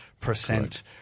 percent